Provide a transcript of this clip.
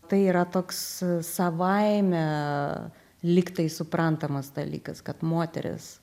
tai yra toks savaime lyg tai suprantamas dalykas kad moteris